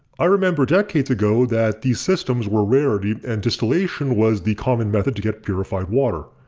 i remember decades ago that these systems were a rarity and distillation was the common method to get purified water.